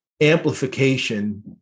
amplification